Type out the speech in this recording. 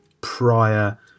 prior